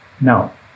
Now